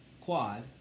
quad